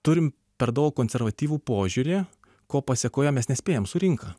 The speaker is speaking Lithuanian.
turim per daug konservatyvų požiūrį ko pasekoje mes nespėjam su rinka